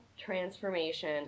transformation